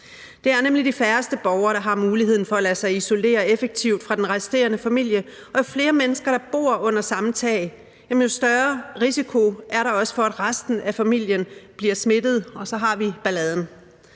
Det er nemlig de færreste borgere, der har muligheden for at lade sig isolere effektivt fra den resterende familie, og jo flere mennesker, der bor under samme tag, jo større risiko er der også for, at resten af familien bliver smittet, og så har vi balladen.